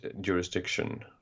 jurisdiction